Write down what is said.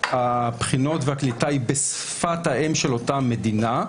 הבחינות והקליטה הן בשפת האם של אותה מדינה,